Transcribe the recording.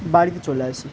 বাড়িতে চলে আসি